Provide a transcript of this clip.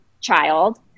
child